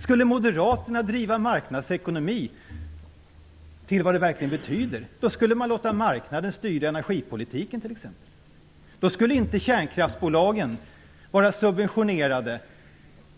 Skulle Moderaterna driva marknadsekonomin till vad den verkligen betyder, då skulle man låta marknaden styra energipolitiken t.ex. Och då skulle kärnkraftsbolagen inte vara subventionerade